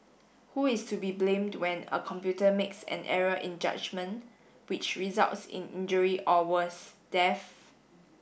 who is to be blamed when a computer makes an error in judgement which results in injury or worse death